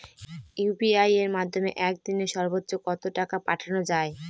UPI এর মাধ্যমে এক দিনে সর্বচ্চ কত টাকা পাঠানো যায়?